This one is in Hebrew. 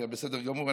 היה בסדר גמור,